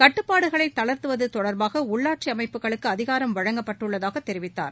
கட்டுப்பாடுகளை தளர்த்துவது தொடர்பாக உள்ளாட்சி அமைப்புகளுக்கு அதிகாரம் வழங்கப்பட்டுள்ளதாக தெரிவித்தார்